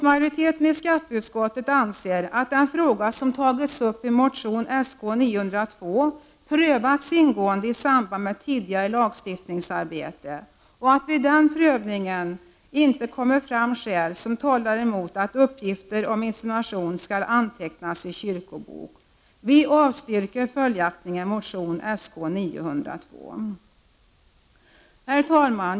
Majoriteten i skatteutskottet anser att den fråga som tagits upp i motion Sk902 prövats ingående i samband med tidigare lagstiftningsarbete och att det vid den prövningen kommit fram skäl som talar emot att uppgifter om insemination skall antecknas i kyrkobok. Vi avstyrker följaktligen motion Sk902. Herr talman!